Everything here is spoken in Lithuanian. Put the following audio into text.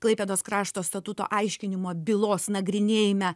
klaipėdos krašto statuto aiškinimo bylos nagrinėjime